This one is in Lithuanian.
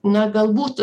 na galbūt